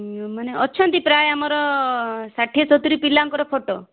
ମାନେ ଅଛନ୍ତି ପ୍ରାୟ ଆମର ଷାଠିଏ ସତୁରି ପିଲାଙ୍କର ଫୋଟ